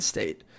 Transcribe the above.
State